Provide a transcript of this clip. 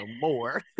more